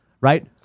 right